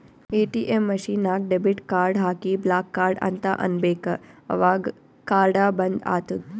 ATM machine ನಾಗ್ debit card ಹಾಕಿ block card ಅಂತ್ ಅನ್ಬೇಕ ಅವಗ್ ಕಾರ್ಡ ಬಂದ್ ಆತ್ತುದ್